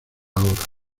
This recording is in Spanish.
ahora